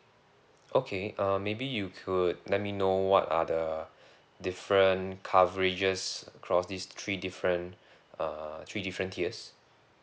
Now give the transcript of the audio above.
okay uh maybe you could let me know what are the different coverages across these three different uh three different tiers